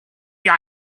your